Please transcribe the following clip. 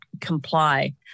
comply